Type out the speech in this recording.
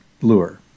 lure